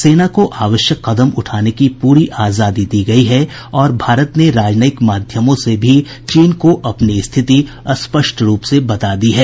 सेना को आवश्यक कदम उठाने की पूरी आजादी दी गयी है और भारत ने राजनयिक माध्यमों से भी चीन को अपनी स्थिति स्पष्ट रूप से बता दी है